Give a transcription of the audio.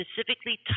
specifically